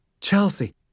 Chelsea